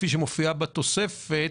כפי שמופיעה בתוספת,